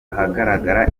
ahagaragara